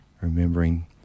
Remembering